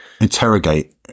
interrogate